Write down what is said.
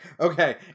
Okay